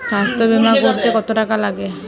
স্বাস্থ্যবীমা করতে কত টাকা লাগে?